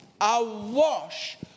awash